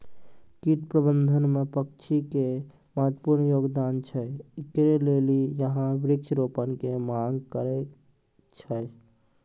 कीट प्रबंधन मे पक्षी के महत्वपूर्ण योगदान छैय, इकरे लेली यहाँ वृक्ष रोपण के मांग करेय छैय?